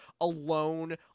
alone